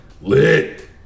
Lit